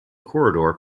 corridor